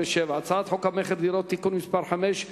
הצעת חוק המכר (דירות) (תיקון מס' 5),